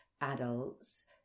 adults